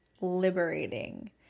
liberating